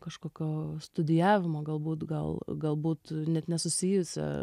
kažkokio studijavimo galbūt gal galbūt net nesusijusio